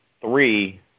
three